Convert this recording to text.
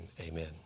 amen